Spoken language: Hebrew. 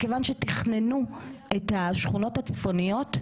מכיוון שכשתכננו את השכונות הצפוניות,